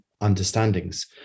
understandings